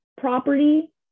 property